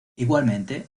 igualmente